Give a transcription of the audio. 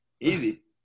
Easy